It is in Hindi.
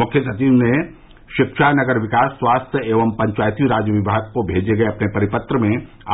मुख्य सचिव ने शिक्षा नगर विकास स्वास्थ्य एवं पंचायती राज विभाग को भेजे गये अपने परिपत्र में